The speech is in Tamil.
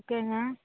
ஓகேங்க